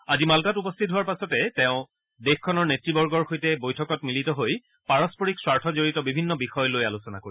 আজি মাম্টাত উপস্থিত হোৱাৰ পাছত তেওঁ দেশখনৰ নেতৃবৰ্গৰ সৈতে বৈঠকত মিলিত হৈ পাৰস্পৰিক স্বাৰ্থ জড়িত বিভিন্ন বিষয় লৈ আলোচনা কৰিব